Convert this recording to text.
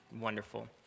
wonderful